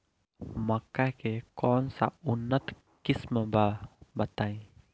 मक्का के कौन सा उन्नत किस्म बा बताई?